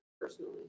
personally